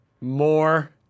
More